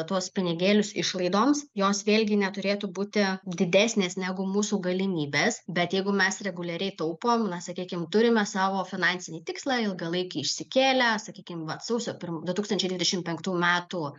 tuos pinigėlius išlaidoms jos vėlgi neturėtų būti didesnės negu mūsų galimybės bet jeigu mes reguliariai taupom na sakykim turime savo finansinį tikslą ilgalaikį išsikėlę sakykim vat sausio pirm du tūkstančiai dvidešim penktų metų